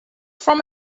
from